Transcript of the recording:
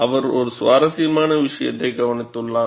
அவர் ஒரு சுவாரஸ்யமான விசயத்தை கவனித்துள்ளார்